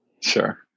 Sure